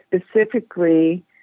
specifically